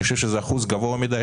אני חושב שזה אחוז גבוה מדי,